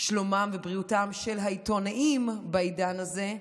שלומם ובריאותם של העיתונאים בעידן הזה,